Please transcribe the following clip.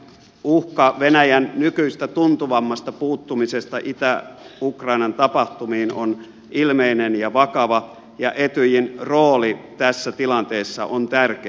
uhka venäjän nykyistä tuntuvammasta puuttumisesta itä ukrainan tapahtumiin on ilmeinen ja vakava ja etyjin rooli tässä tilanteessa on tärkeä